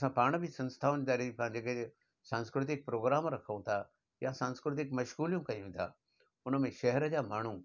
असां पाण बि संस्थाउनि दारी तां जेके जे सांस्कृतिक प्रोग्राम रखूं था या सांस्कृतिक मश्ग़ूलियूं कयूं था हुन में शहर जा माण्हू